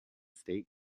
state